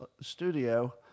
studio